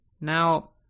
Now